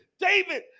David